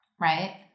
right